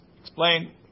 explain